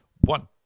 one